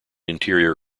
interior